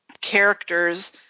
characters